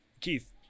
Keith